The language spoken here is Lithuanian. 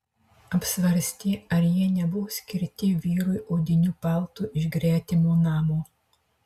apsvarstė ar jie nebuvo skirti vyrui odiniu paltu iš gretimo namo